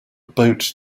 boat